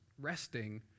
resting